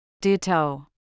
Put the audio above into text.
Ditto